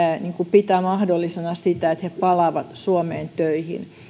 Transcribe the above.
pitää mahdollisena sitä että palaa suomeen töihin